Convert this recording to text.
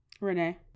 Renee